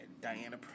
Diana